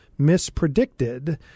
mispredicted